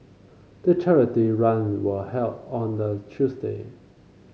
the charity run were held on a Tuesday